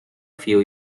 few